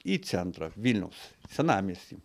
į centrą vilniaus senamiesty